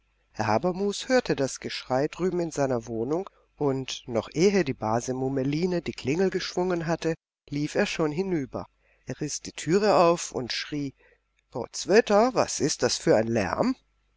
herr habermus hörte das geschrei drüben in seiner wohnung und noch ehe die base mummeline die klingel geschwungen hatte lief er schon hinüber er riß die türe auf und schrie potzwetter was ist das für ein lärm